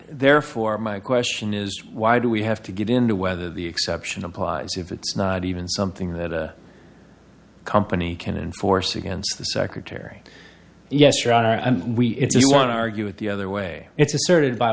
therefore my question is why do we have to get into whether the exception applies if it's not even something that company can and force against the secretary yes right i'm we if you want to argue it the other way it's asserted by